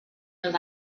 their